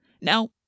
Now